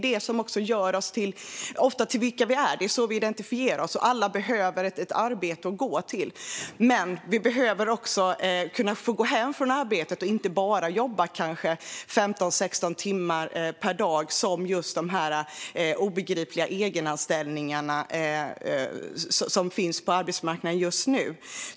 Det är också det som ofta avgör vilka vi är; det är så vi identifierar oss. Alla behöver ett arbete att gå till. Men vi behöver också kunna få gå hem från arbetet och inte bara jobba, kanske 15-16 timmar per dag, som det är i de obegripliga egenanställningar som finns på arbetsmarknaden just nu.